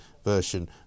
Version